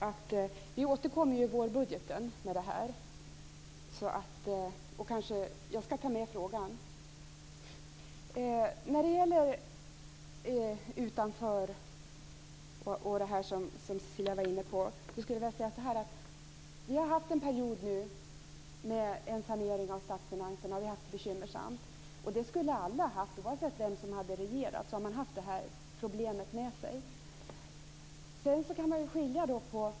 Fru talman! Jag börjar med den sista frågan. Vi återkommer i vårbudgeten med detta. Jag skall ta med den frågan. När det gäller det Cecilia sade om de som står utanför vill jag säga följande. Vi har haft en period med sanering av statsfinanserna, och vi har haft det bekymmersamt. Oavsett vem som hade regerat hade man haft det problemet med sig.